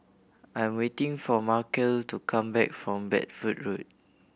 I am waiting for Markell to come back from Bedford Road